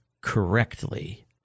correctly